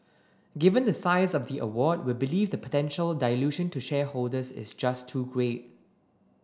given the size of the award we believe the potential dilution to shareholders is just too great